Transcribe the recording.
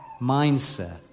mindset